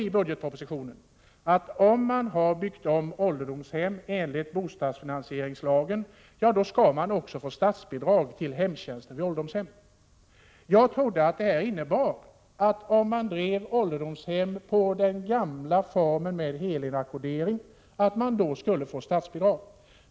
I budgetpropositionen står det att om man har byggt om ålderdomshem i enlighet med bostadsfinansieringslagen, så skall man få statsbidrag till hemtjänsten vid ålderdomshemmen. Jag trodde att detta innebar att man skulle få statsbidrag om man drev ålderdomshem enligt den gamla formen med helinackordering.